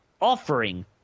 offering